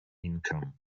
income